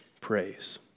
praise